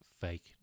fake